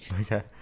Okay